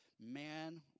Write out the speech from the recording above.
man